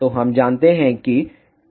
तो हम जानते हैं कि out1